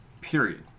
period